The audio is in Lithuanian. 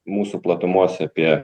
mūsų platumose apie